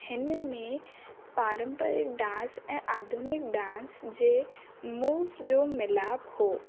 हिन में पारंपरिक डांस ऐं आदमिक डांस जे मूव जो मिलापु हो